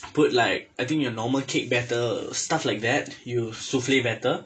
put like I think your normal cake batter stuff like that you souffle batter